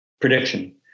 Prediction